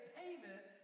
payment